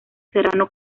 serrano